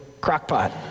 crockpot